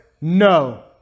no